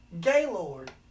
Gaylord